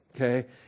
okay